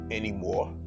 anymore